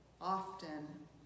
often